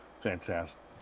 Fantastic